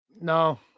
No